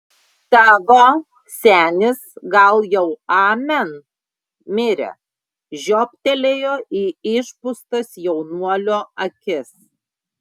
tavo senis gal jau amen mirė žiobtelėjo į išpūstas jaunuolio akis